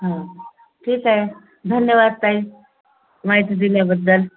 हां ठीक आहे धन्यवाद ताई माहिती दिल्याबद्दल